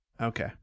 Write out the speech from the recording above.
Okay